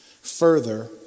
Further